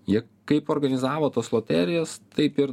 jie kaip organizavo tas loterijos taip ir